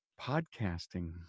podcasting